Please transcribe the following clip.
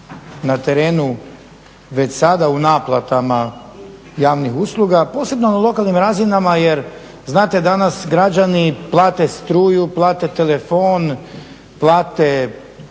na terenu već sada u naplatama javnih usluga, posebno na lokalnim razinama jer znate danas građani plate struju, plate telefon, plate